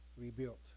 rebuilt